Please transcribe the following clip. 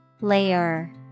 Layer